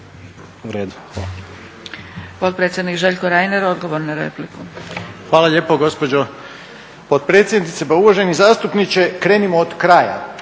potpredsjednik Željko Reiner. **Reiner, Željko (HDZ)** Hvala lijepo gospođo potpredsjednice. Pa uvaženi zastupniče krenimo od kraja,